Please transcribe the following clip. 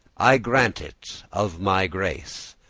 i grant it of my grace.